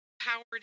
powered